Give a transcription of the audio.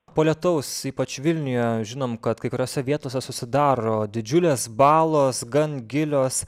po lietaus ypač vilniuje žinom kad kai kuriose vietose susidaro didžiulės balos gan gilios